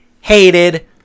hated